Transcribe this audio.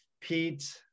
Pete